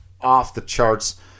off-the-charts